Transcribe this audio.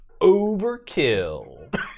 Overkill